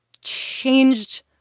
changed